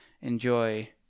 enjoy